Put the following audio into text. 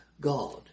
God